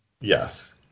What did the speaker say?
Yes